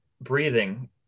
breathing